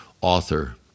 author